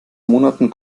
monaten